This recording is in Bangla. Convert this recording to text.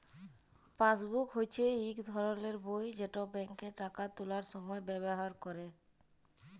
পাসবুক হচ্যে ইক ধরলের বই যেট ব্যাংকে টাকা তুলার সময় ব্যাভার ক্যরে